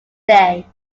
day